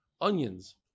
onions